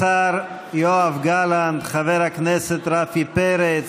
השר יואב גלנט, חבר הכנסת רפי פרץ,